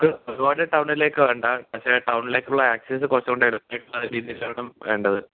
ഒരുപാട് ടൗണിലേക്ക് വേണ്ട പക്ഷെ ടൗണിലേക്കുള്ള ആക്സസ് കൊറച്ചുംകൂടെ രീതിയിലാണ് വേണ്ടത്